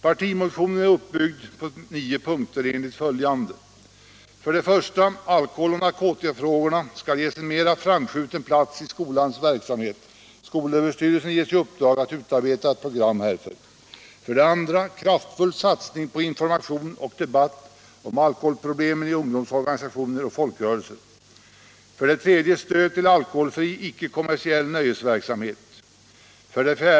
Partimotionen är uppbyggd på nio punkter enligt följande. 1. Alkoholoch narkotikafrågorna skall ges en mer framskjuten plats i skolans verksamhet. Skolöverstyrelsen ges i uppdrag att utarbeta ett program härför. 2. Kraftfull satsning på information och debatt om alkoholproblemen i ungdomsorganisationer och folkrörelser. 4.